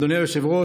אדוני היושב-ראש,